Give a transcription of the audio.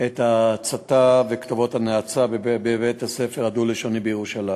את ההצתה וכתובות הנאצה בבית-הספר הדו-לשוני בירושלים.